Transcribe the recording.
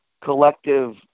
collective